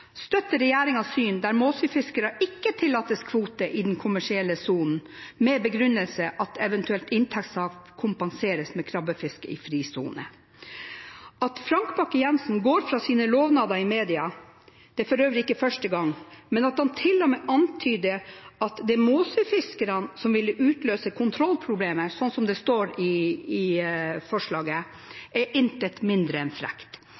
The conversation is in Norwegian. støtter likevel regjeringens syn der Måsøy-fiskerne ikke tillates kvote i den kommersielle sonen med begrunnelsen at eventuelt inntektstap kompenseres med krabbefisket i fri sone At Frank Bakke-Jensen går fra sine lovnader i media, er for øvrig ikke første gang, men at han til og med antyder at det er Måsøy-fiskerne som vil utløse kontrollproblemer, som det står i merknaden i innstillingen, er intet mindre enn frekt.